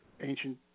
ancient